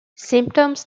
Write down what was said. symptoms